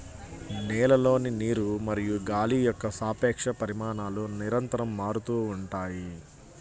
నేలలోని నీరు మరియు గాలి యొక్క సాపేక్ష పరిమాణాలు నిరంతరం మారుతూ ఉంటాయి